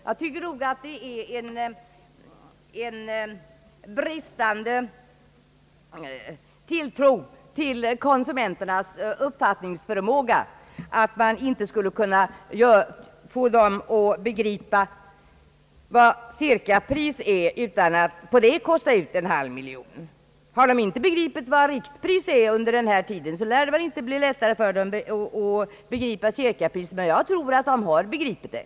Jag tycker nog att det är en bristande tilltro till konsumenternas uppfattningsförmåga att man inte skulle kunna få dem att begripa vad »cirkapris» är utan att för ändamålet kosta på en halv miljon kronor. Har konsumenterna inte förstått vad rikptris är under den tid som gått, lär det inte bli lättare för dem att begripa vad cirkapris är. Men jag tror nog att de begriper det.